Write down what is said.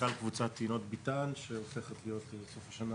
מנכ"ל קבוצת יינות ביתן שהופכת להיות בסוף השנה